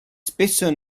spesso